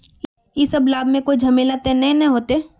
इ सब लाभ में कोई झमेला ते नय ने होते?